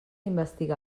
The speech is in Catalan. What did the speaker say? investiga